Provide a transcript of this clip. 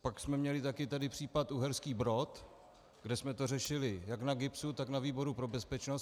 Pak jsme měli taky tady případ Uherský Brod, kde jsme to řešili jak na GIBSu, tak na výboru pro bezpečnost.